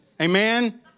Amen